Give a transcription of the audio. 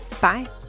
Bye